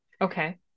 Okay